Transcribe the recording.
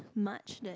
much that